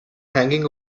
hanging